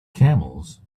camels